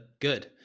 good